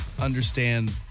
understand